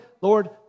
Lord